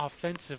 offensive